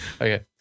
okay